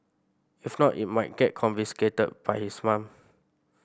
if not it might get confiscated by his mum